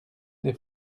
des